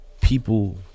People